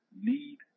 need